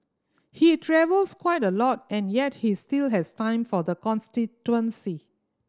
he travels quite a lot and yet he still has time for the constituency